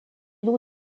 nom